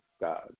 God